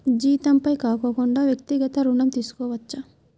జీతంపై కాకుండా వ్యక్తిగత ఋణం తీసుకోవచ్చా?